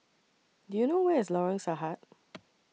Do YOU know Where IS Lorong Sahad